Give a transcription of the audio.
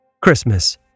Christmas